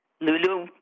Lulu